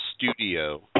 studio